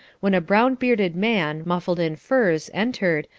when a brown-bearded man, muffled in furs, entered,